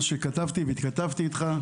משהו שהתכתבתי עם חזי.